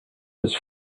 was